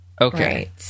okay